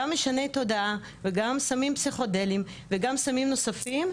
גם משנה תודעה וגם סמים פסיכודליים וגם סמים נוספים,